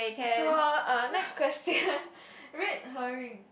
so uh next question red herring